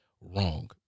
Wrong